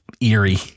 eerie